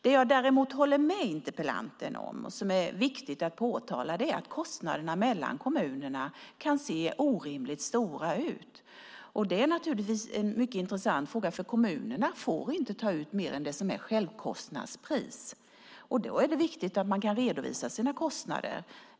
Det jag däremot håller med interpellanten om och som är viktigt att påtala är att skillnaderna i kostnaderna mellan kommunerna kan se orimligt stora ut. Det är naturligtvis en mycket intressant fråga eftersom kommunerna inte får ta ut mer än det som är självkostnadspris. Då är det viktigt att kommunen kan redovisa sina kostnader.